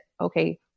okay